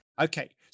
Okay